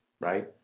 right